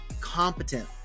competent